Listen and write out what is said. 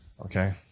Okay